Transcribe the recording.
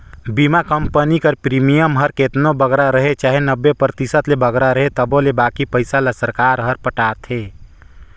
बीमा कंपनी कर प्रीमियम हर केतनो बगरा रहें चाहे नब्बे परतिसत ले बगरा रहे तबो ले बाकी पइसा ल सरकार हर पटाथे